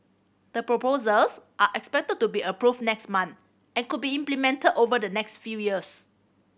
the proposals are expected to be approved next month and could be implemented over the next few years